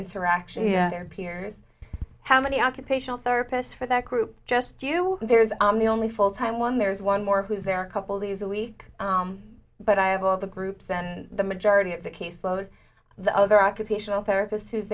interaction their peers how many occupational therapists for that group just you there's the only full time one there's one more who's there a couple days a week but i have all the groups and the majority of the caseload the other occupational therapist who's